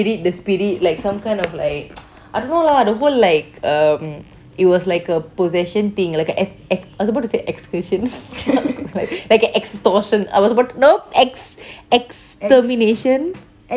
the spirit like some kind of like I don't know lah the whole like um it was like a possession thing ex~ ex~ I was about to say excursion like a extortion I was about nope ex~ ex~ extermination